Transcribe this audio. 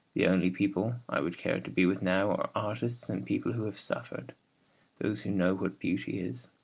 the only people i would care to be with now are artists and people who have suffered those who know what beauty is,